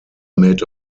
made